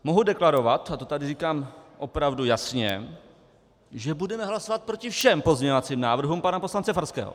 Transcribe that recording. Mohu deklarovat, a to tady říkám opravdu jasně, že budeme hlasovat proti všem pozměňovacím návrhům pana poslance Farského.